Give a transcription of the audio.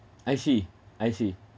I see I see